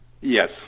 Yes